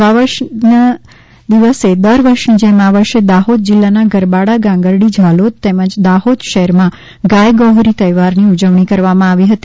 નવા વર્ષના દિવસે દર વર્ષની જેમ આ વર્ષે દાહોદ જીલ્લાના ગરબાડા ગાંગરડી ઝાલોદ તેમજ દાહોદ શહેરમાં ગાય ગૌહરી તહેવારની ઉજવણી કરવામાં આવી હતી